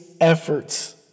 efforts